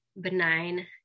benign